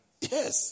Yes